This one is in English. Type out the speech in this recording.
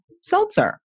Seltzer